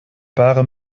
bare